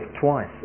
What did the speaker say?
Twice